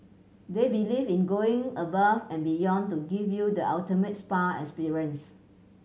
they believe in going above and beyond to give you the ultimate spa experience